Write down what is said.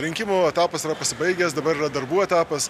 rinkimų etapas yra pasibaigęs dabar yra darbų etapas